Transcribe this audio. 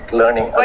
learning